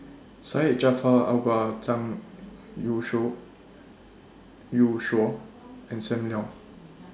Syed Jaafar Albar Zhang Youshuo and SAM Leong